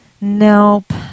Nope